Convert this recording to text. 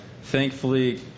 Thankfully